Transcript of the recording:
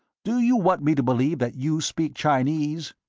do you want me to believe that you speak chinese?